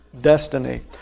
destiny